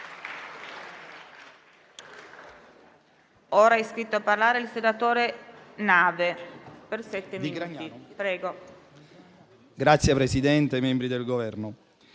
Signor Presidente, membri del Governo,